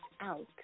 out